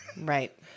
right